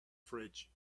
fridge